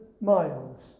miles